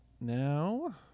now